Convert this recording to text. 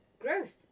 growth